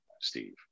Steve